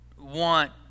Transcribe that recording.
want